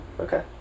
Okay